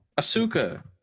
Asuka